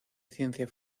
ciencia